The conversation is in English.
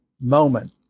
moment